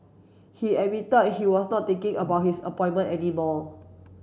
he admitted he was not thinking about his appointment any more